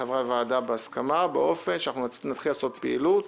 חברי הוועדה בהסכמה באופן שנתחיל לעשות פעילות